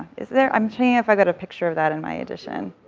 is there, i'm seeing if i've got a picture of that in my edition.